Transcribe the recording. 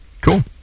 Cool